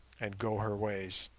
and go her ways.